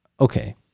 Okay